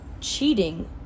cheating